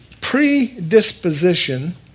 predisposition